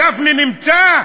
גפני נמצא?